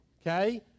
Okay